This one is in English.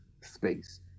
space